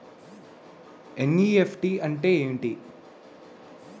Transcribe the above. NEFT అంటే ఎంటి?